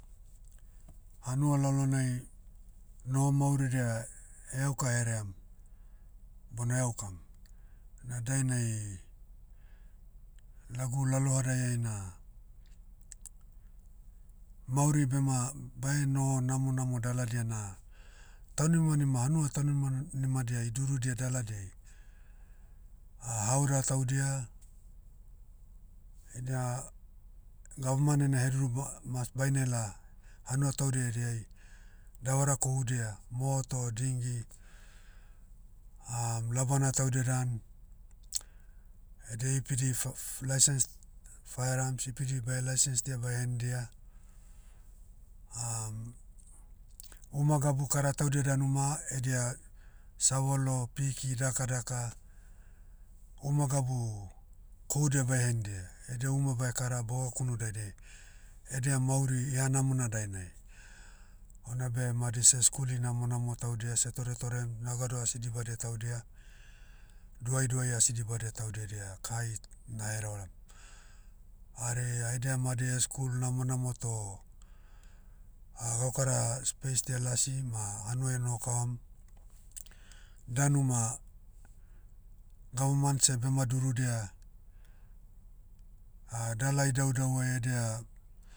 Hanua lalonai, noho mauridia, eauka heream, bona eaukam. Na dainai, lagu lalohadai ai na, mauri bema bae noho namonamo daladia na, taunimanima hanua taunima, nimadia idurudia daladiai, haoda taudia, eda, gavaman ena heduru ba- mas bainela, hanua taudia ediai, davara kohudia, moto dingi, labana taudia dan, edia ipidi faf- license, fire arms ipidi bae license dia bae hendia, uma gabu kara taudia danu ma edia, shavolo piki daka daka, uma gabu, kohudia bae hendia, edia uma bae kara boga kunu daidai, edia mauri ihanamona dainai. Onabe madi seskuli namonamo taudia seh toretorem nao gado asi dibadia taudia, duaidaui asi dibadia taudia edia kahai, na herevaherevam. Hari haidia madi skul namonamo toh, gaukara speisdia lasi ma hanuai enoho kavam, danu ma, gavaman seh bema durudia, dala idaudauai edia,